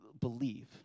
believe